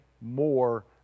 more